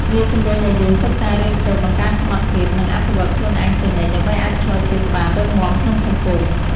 វាជំរុញឲ្យយើងសិក្សារៀនសូត្រ បង្កើនសមត្ថភាព និងអភិវឌ្ឍខ្លួនឯងជានិច្ច ដើម្បីអាចឈរជើងបានរឹងមាំក្នុងសង្គម។